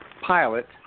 pilot